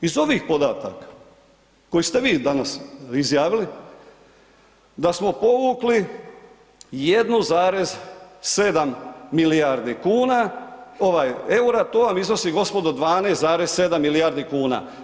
Iz ovih podataka koji ste vi danas izjavili, da smo povukli 1,7 milijardi kuna, ovaj eura, to vam iznosi, gospodo 12,7 milijardi kuna.